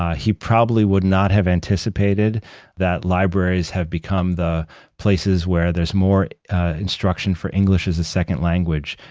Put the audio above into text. ah he probably would not have anticipated that libraries have become the places where there's more instruction for english as a second language,